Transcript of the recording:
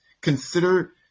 consider